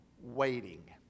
waiting